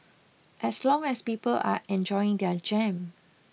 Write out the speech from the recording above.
as long as people are enjoying their jam